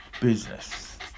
business